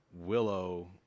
Willow